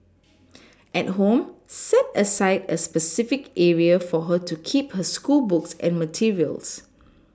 at home set aside a specific area for her to keep her schoolbooks and materials